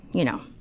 you know,